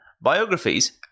biographies